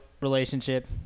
relationship